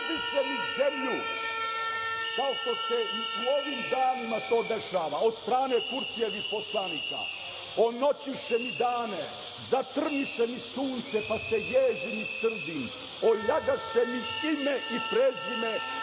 oljagaše mi ime i prezime,